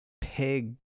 pig